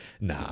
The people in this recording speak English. nah